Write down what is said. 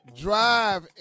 drive